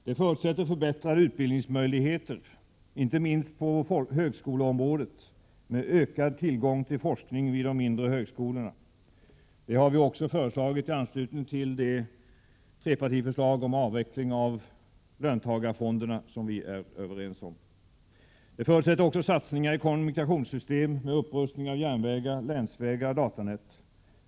Det förutsätter förbättrade utbildningsmöjligheter inte minst på högskoleområdet med ökad tillgång till forskning vid de mindre högskolorna. Det har vi också föreslagit i ett trepartiförslag till avveckling till löntagarfonderna, som vi är överens om. Det förutsätter också satsningar i kommunikationssystemet med en upprustning av järnvägar, länsvägar och datanät.